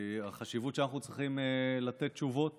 החשיבות שאנחנו צריכים לתת תשובות